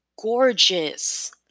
gorgeous